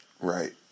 Right